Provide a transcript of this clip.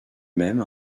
même